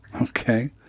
Okay